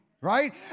right